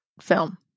film